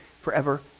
forever